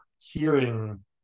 hearing